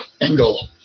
Engel